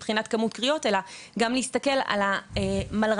מבחינת כמות קריאות אלא גם להסתכל על המחלקות לרפואה דחופה,